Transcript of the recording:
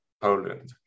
Poland